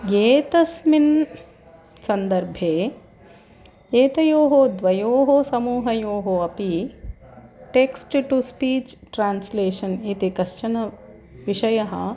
एतस्मिन् सन्दर्भे एतयोः द्वयोः समूहयोः अपि टेक्स्ट् टु स्पीच् ट्रान्स्लेशन् एति कश्चन विषयः